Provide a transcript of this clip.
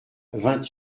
vingt